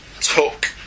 took